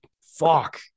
Fuck